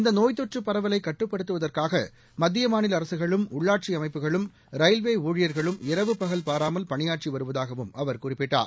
இந்த நோய் தொற்று பரவலை கட்டுப்படுத்துவதற்காக மத்திய மாநில அரசுகளும் உள்ளாட்சி அமைப்புகளும் ரயில்வே ஊழியா்களும் இரவு பகல் பாராமல் பணியாற்றி வருவதாகவும் அவா் குறிப்பிட்டார்